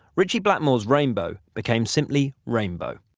ritchie blackmore's rainbow became simply rainbow.